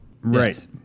Right